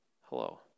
hello